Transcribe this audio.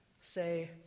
say